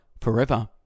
forever